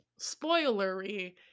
spoilery